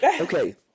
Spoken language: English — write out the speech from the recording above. Okay